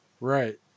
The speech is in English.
Right